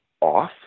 off